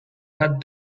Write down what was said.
had